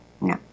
No